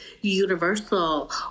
universal